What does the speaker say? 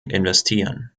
investieren